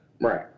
Right